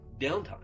downtime